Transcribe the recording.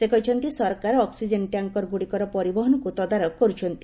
ସେ କହିଛନ୍ତି ସରକାର ଅକ୍ସିଜେନ୍ ଟ୍ୟାଙ୍କର ଗୁଡ଼ିକର ପରିବହନକୁ ତଦାରଖ କରୁଛନ୍ତି